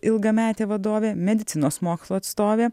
ilgametė vadovė medicinos mokslų atstovė